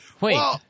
Wait